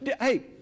hey